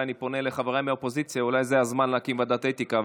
אני פונה לחבריי מהאופוזיציה: אולי זה הזמן להקים ועדת אתיקה,